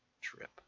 trip